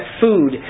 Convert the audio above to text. food